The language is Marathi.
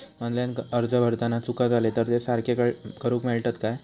ऑनलाइन अर्ज भरताना चुका जाले तर ते सारके करुक मेळतत काय?